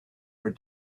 her